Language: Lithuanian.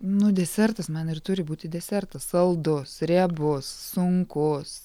nu desertas man ir turi būti desertas saldus riebus sunkus